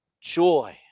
joy